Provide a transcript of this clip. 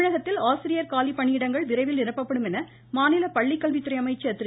தமிழகத்தில் ஆசிரியர் காலிப்பணியிடங்கள் விரைவில் நிரப்பப்படும் என மாநில பள்ளிக்கல்வித்துறை அமைச்சர் திரு